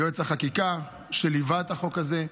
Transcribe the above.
יועץ החקיקה שליווה את החוק הזה,